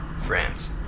France